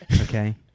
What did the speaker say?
okay